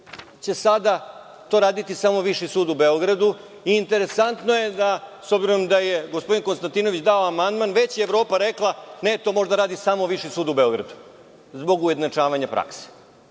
će sada to raditi samo Viši sud u Beogradu i interesantno je, s obzirom da je gospodin Konstantinović dao amandman, da je već Evropa rekla – ne, to može da radi samo Viši sud u Beogradu, zbog ujednačavanja